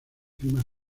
climas